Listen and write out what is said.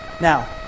Now